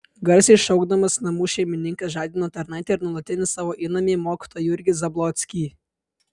garsiai šaukdamas namų šeimininkas žadino tarnaitę ir nuolatinį savo įnamį mokytoją jurgį zablockį